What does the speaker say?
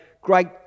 great